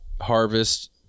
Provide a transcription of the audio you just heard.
harvest